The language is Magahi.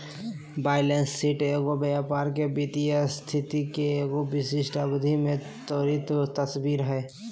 बैलेंस शीट एगो व्यापार के वित्तीय स्थिति के एगो विशिष्ट अवधि में त्वरित तस्वीर हइ